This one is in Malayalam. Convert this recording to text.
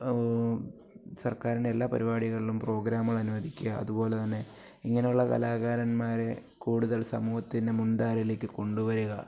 സർക്കാരിൻ്റെ എല്ലാ പരിപാടികളിലും പ്രോഗ്രാമുകളും അനുവദിക്കുക അതുപോലെ തന്നെ ഇങ്ങനെയുള്ള കലാകാരന്മാരെ കൂടുതൽ സമൂഹത്തിൻ്റെ മുൻധാരയിലേക്ക് കൊണ്ടുവരുക